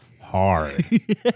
hard